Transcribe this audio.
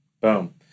Boom